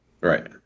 Right